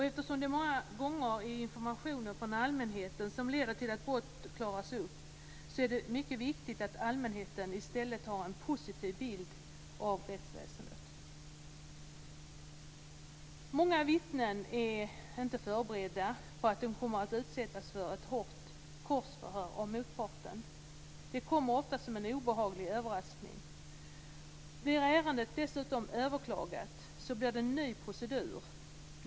Eftersom det många gånger är informationer från allmänheten som leder till att brott klaras upp är det mycket viktigt att allmänheten i stället har en positiv bild av rättsväsendet. Många vittnen är inte förberedda på att de kommer att utsättas för ett hårt korsförhör av motparten. Det kommer ofta som en obehaglig överraskning. Blir ärendet dessutom överklagat så blir det en ny procedur.